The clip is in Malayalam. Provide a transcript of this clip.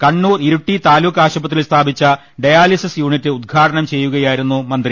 കണ്ണൂർ ഇരി ട്ടി താലൂക്ക് ആശുപത്രിയിൽ സ്ഥാപിച്ച ഡയാലിസിസ് യൂണിറ്റ് ഉദ്ഘാ ടനം ചെയ്യുകയായിരുന്നു മന്ത്രി